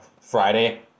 Friday